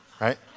right